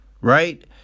Right